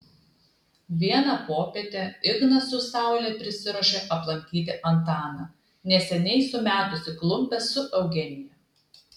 vieną popietę ignas su saule prisiruošė aplankyti antaną neseniai sumetusį klumpes su eugenija